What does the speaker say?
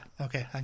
okay